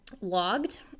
logged